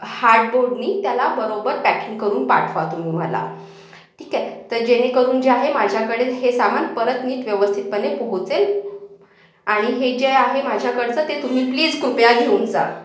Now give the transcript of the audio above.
हाटबोडनी त्याला बरोबर पॅकिंग करून पाठवा तुम्ही मला ठीक आहे तर जेणेकरून जे आहे माझ्याकडील हे सामान परत नीट व्यवस्थितपणे पोहोचेल आणि हे जे आहे माझ्याकडचं ते तुम्ही प्लीज कृपया घेऊन जा